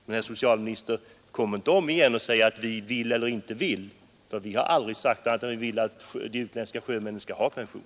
Men, herr socialminister, kom inte igen och säg att vi vill eller inte vill. Vi har aldrig sagt att vi inte vill att de utländska sjömännen skall ha pension.